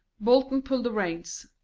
bolton pulled the reins,